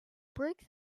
bricks